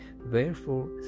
Wherefore